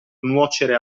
nuocere